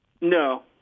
No